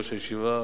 ראש הישיבה,